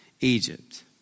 Egypt